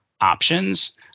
options